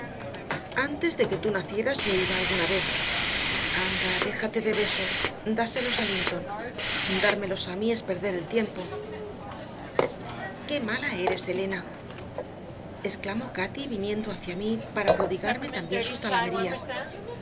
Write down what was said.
antes de que tú nacieras yo iba alguna vez anda déjate de besos dáselos a linton dármelos a mí es perder el tiempo qué mala eres elena exclamó cati viniendo hacia mí para prodigarme también sus zalamerías